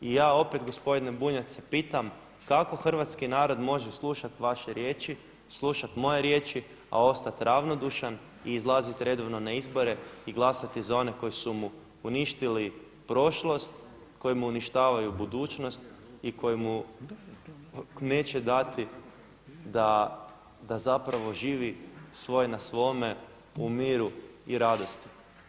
I ja opet gospodine Bunjac se pitam kako hrvatski narod može slušati vaše riječi, slušat moje riječi, a ostat ravnodušan i izlazit redovno na izbore i glasati na one koji su mu uništili prošlost, koji mu uništavaju budućnost i koji mu neće dati da, da zapravo živi svoj na svome u miru i radosti.